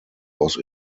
was